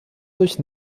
durch